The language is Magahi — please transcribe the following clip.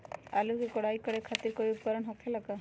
आलू के कोराई करे खातिर कोई उपकरण हो खेला का?